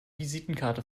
visitenkarte